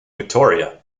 victoria